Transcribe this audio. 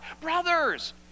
Brothers